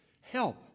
Help